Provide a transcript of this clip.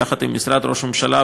יחד עם משרד ראש הממשלה,